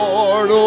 Lord